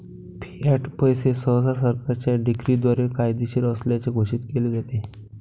Fiat पैसे सहसा सरकारच्या डिक्रीद्वारे कायदेशीर असल्याचे घोषित केले जाते